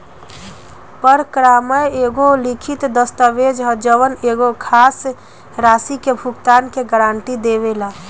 परक्रमय एगो लिखित दस्तावेज ह जवन एगो खास राशि के भुगतान के गारंटी देवेला